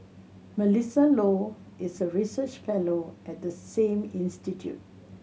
Melissa Low is a research fellow at the same institute